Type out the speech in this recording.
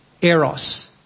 eros